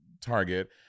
Target